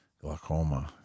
Glaucoma